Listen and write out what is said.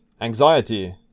Anxiety